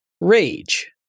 Rage